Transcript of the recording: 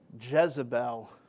Jezebel